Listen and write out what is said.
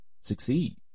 succeed